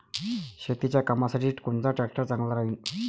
शेतीच्या कामासाठी कोनचा ट्रॅक्टर चांगला राहीन?